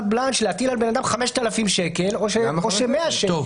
רחב להטיל על אדם 5,000 שקל או 100 שקלים.